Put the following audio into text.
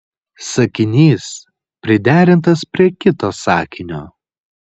sakinys priderintas prie kito sakinio